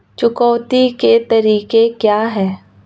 चुकौती के तरीके क्या हैं?